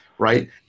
Right